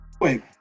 wait